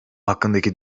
hakkındaki